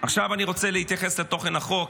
עכשיו אני רוצה להתייחס לתוכן החוק.